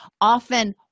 often